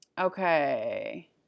Okay